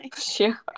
Sure